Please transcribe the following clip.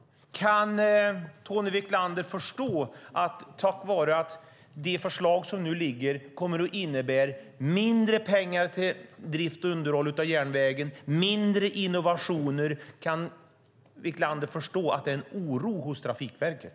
Kan Tony Wiklander förstå att de förslag som nu föreligger kommer att innebära mindre pengar till drift och underhåll av järnvägen och mindre innovationer? Kan Wiklander förstå att det är en oro hos Trafikverket?